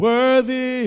Worthy